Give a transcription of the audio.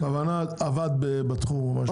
הכוונה עבדת בתחום או משהו כזה.